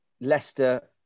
Leicester